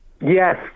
Yes